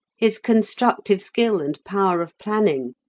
his constructive skill and power of planning,